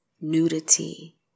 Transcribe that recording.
nudity